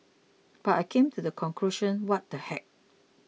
but I came to the conclusion what the heck